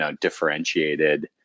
differentiated